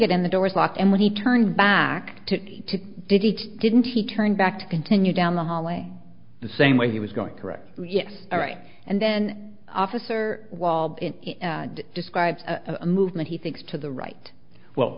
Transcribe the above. get in the door is locked and when he turned back to defeat didn't he turn back to continue down the hallway the same way he was going to correct yes all right and then officer wald describes a movement he thinks to the right well